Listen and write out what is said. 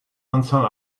anzahl